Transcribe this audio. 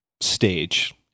stage